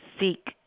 seek